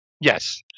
Yes